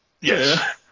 Yes